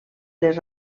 les